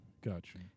Gotcha